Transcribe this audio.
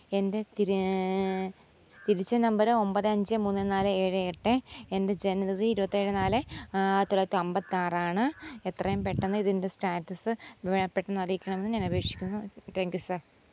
എന്റെ തിരി തിരിച്ച നമ്പര് ഒമ്പത് അഞ്ച് മൂന്ന് നാല് ഏഴ് എട്ട് എന്റെ ജനനതീ ഇരുപത്തിയേഴ് നാല് ആയിരത്തൊള്ളായിരത്തി അന്പത്തിയാറാണ് എത്രയും പെട്ടെന്ന് ഇതിന്റെ സ്റ്റാറ്റസ് വെ പെട്ടെന്ന് അറിയിക്കണമെന്ന് ഞാനപേക്ഷിക്കുന്നു ടാങ്ക്യൂ സാര്